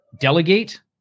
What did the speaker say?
delegate